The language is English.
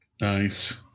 Nice